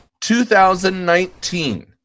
2019